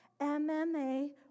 MMA